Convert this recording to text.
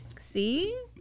See